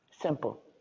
Simple